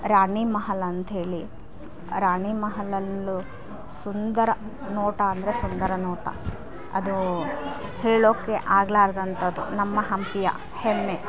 ರಾಣಿ ಮಹಲ್ ಅಂತ ಹೇಳಿ ರಾಣಿ ಮಹಲಲ್ಲೂ ಸುಂದರ ನೋಟ ಅಂದರೆ ಸುಂದರ ನೋಟ ಅದು ಹೇಳೋಕ್ಕೆ ಆಗಲಾರ್ದಂಥದ್ದು ನಮ್ಮ ಹಂಪಿಯ ಹೆಮ್ಮೆ